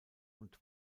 und